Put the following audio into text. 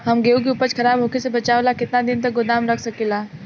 हम गेहूं के उपज खराब होखे से बचाव ला केतना दिन तक गोदाम रख सकी ला?